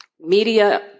Media